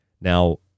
Now